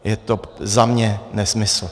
Je to za mě nesmysl.